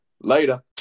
Later